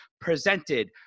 presented